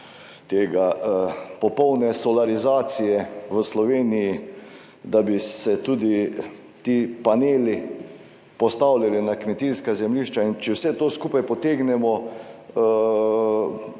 tega popolne solarizacije v Sloveniji, da bi se tudi ti paneli postavljali na kmetijska zemljišča in če vse to skupaj potegnemo